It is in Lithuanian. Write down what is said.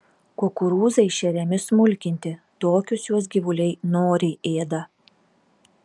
kukurūzai šeriami smulkinti tokius juos gyvuliai noriai ėda